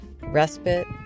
respite